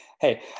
Hey